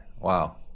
Wow